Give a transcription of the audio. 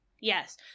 Yes